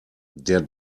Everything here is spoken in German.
der